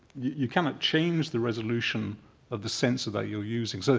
you cannot change the resolution of the sensor that you're using. so